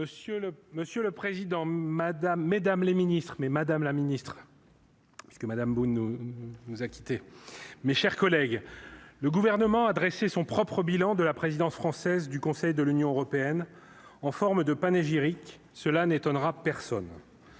Madame Bruno nous a quitté, mes chers collègues, le gouvernement a dressé son propre bilan de la présidence française du Conseil de l'Union européenne en forme de panégyrique, cela n'étonnera personne,